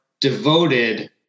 devoted